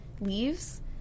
leaves